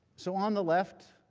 so on the left,